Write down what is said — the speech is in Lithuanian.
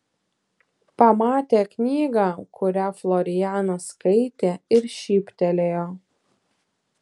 pamatė knygą kurią florianas skaitė ir šyptelėjo